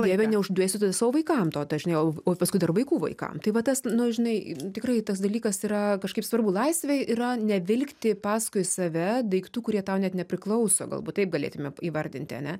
dieve neuždėsiu tada savo vaikam to tai aš ne o paskui dar vaikų vaikam tai va tas nu žinai tikrai tas dalykas yra kažkaip svarbu laisvė yra nevilkti paskui save daiktų kurie tau net nepriklauso galbūt taip galėtume įvardinti ane